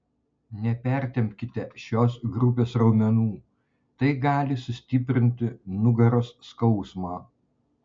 nepertempkite šios grupės raumenų tai gali sustiprinti nugaros skausmą